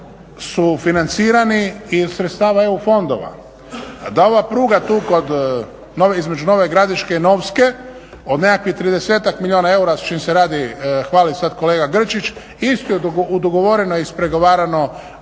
su financirani i od sredstava EU fondova. Da ova pruga tu kod, između Nove Gradiške i Novske od nekakvih tridesetak milijuna eura s čim se hvali sad kolega Grčić. Isti je dogovoreno i ispregovarano